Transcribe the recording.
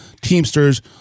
Teamsters